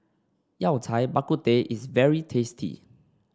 Yao Cai Bak Kut Teh is very tasty